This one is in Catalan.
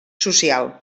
social